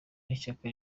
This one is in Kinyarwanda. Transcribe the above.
n’ishyaka